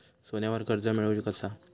सोन्यावर कर्ज मिळवू कसा?